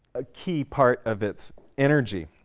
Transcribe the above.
a key part of its energy.